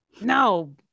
No